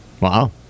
Wow